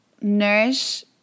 nourish